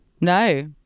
no